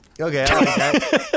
Okay